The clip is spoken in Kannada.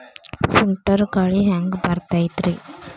ಸುಂಟರ್ ಗಾಳಿ ಹ್ಯಾಂಗ್ ಬರ್ತೈತ್ರಿ?